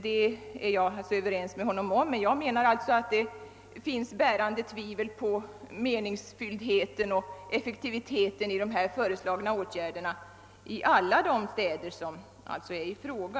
Jag är alltså överens med honom om detta, men anser att det finns skäl att tvivla på meningsfullheten och effektiviteten i de föreslagna åtgärderna då det gäller alla de ifrågavarande städerna.